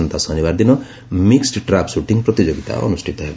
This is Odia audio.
ଆସନ୍ତା ଶନିବାର ଦିନ ମିକ୍ୱଡ ଟ୍ରାପ୍ ସୁଟିଂ ପ୍ରତିଯୋଗିତା ଅନୁଷ୍ଠିତ ହେବ